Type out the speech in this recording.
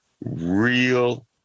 real